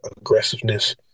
aggressiveness